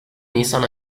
nisan